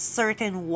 certain